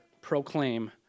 proclaim